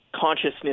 consciousness